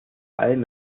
allem